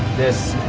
this.